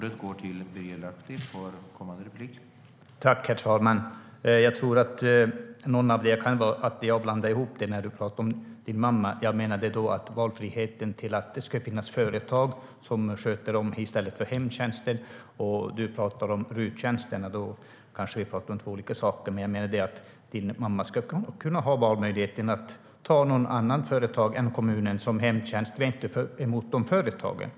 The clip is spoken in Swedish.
Herr ålderspresident! Jag tror att vi blandade ihop det när du pratade om din mamma, Penilla Gunther. Jag menade valfriheten att det ska finnas flera företag som sköter hemtjänst, och du pratade om RUT-tjänsterna. Vi pratade kanske om två olika saker, men jag menar att din mamma ska kunna ha möjlighet att välja hemtjänst från ett företag i stället för från kommunen. Jag är inte emot sådana företag.